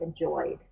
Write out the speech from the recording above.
enjoyed